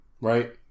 Right